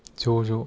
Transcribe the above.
ज'ज'